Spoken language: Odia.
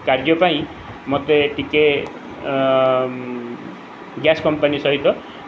କାର୍ଯ୍ୟ ପାଇଁ ମୋତେ ଟିକେ ଗ୍ୟାସ କମ୍ପାନୀ ସହିତ